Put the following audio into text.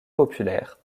populaire